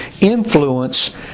influence